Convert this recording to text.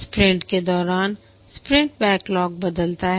sprint के दौरान sprint backlog बदलता है